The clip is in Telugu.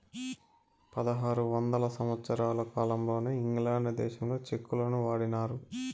పదహారు వందల సంవత్సరాల కాలంలోనే ఇంగ్లాండ్ దేశంలో చెక్కులను వాడినారు